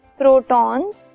protons